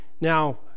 Now